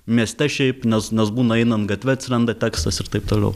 mieste šiaip nes nes būna einant gatve atsiranda tekstas ir taip toliau